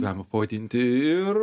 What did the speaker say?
galima pavadinti ir